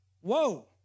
whoa